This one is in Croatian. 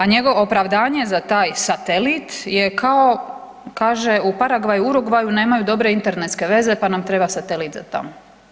A njegovo opravdanje za taj satelit je kao kaže u Paragvaju, Urugvaju nemaju dobre internetske veze pa nam treba satelit za to.